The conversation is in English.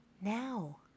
Now